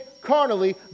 carnally